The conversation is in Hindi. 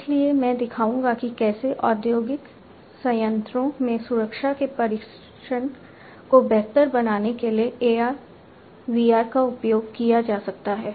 इसलिए मैं दिखाऊंगा कि कैसे औद्योगिक संयंत्रों में सुरक्षा के प्रशिक्षण को बेहतर बनाने के लिए AR VR का उपयोग किया जा सकता है